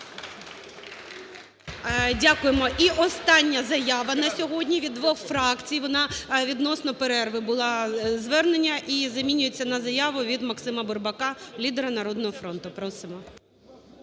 Дякуємо. І остання заява на сьогодні від двох фракцій, вона відносно перерви, було звернення. І замінюється на заяву від Максима Бурбака, лідера "Народного фронту". Просимо.